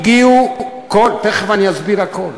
תכף אני אסביר הכול.